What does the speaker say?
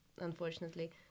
unfortunately